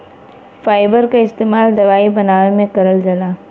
fibre क इस्तेमाल दवाई बनावे में करल जाला